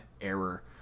error